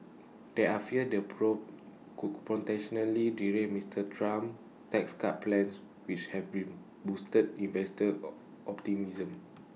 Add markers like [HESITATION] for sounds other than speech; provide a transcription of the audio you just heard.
there are fears the probe could potentially derail Mister Trump's tax cut plans which have bring boosted investor [HESITATION] optimism